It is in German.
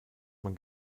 man